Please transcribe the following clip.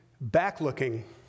back-looking